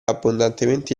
abbondantemente